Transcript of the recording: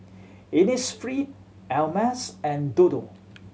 Innisfree Ameltz and Dodo